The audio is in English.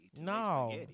No